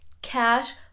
cash